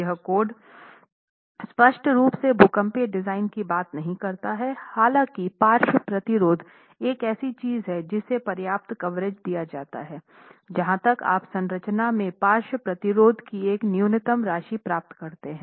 यह कोड स्पष्ट रूप से भूकंपीय डिजाइन की बात नहीं करता है हालांकि पार्श्व प्रतिरोध एक ऐसी चीज है जिसे पर्याप्त कवरेज दिया जाता है जहाँ तक आप संरचना में पार्श्व प्रतिरोध की एक न्यूनतम राशि प्राप्त करते हैं